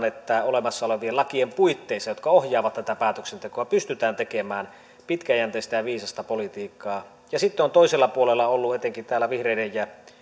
että olemassa olevien lakien puitteissa jotka ohjaavat tätä päätöksentekoa pystytään tekemään pitkäjänteistä ja viisasta politiikkaa ja sitten on toisella puolella ollut etenkin täällä vihreiden ja